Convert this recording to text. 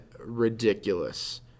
ridiculous